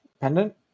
pendant